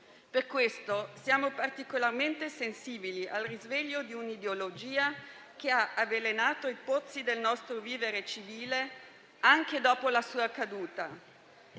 Per questo siamo particolarmente sensibili al risveglio di un'ideologia che ha avvelenato i pozzi del nostro vivere civile anche dopo la sua caduta.